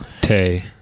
tay